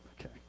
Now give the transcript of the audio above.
Okay